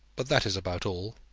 but that is about all.